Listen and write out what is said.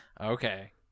okay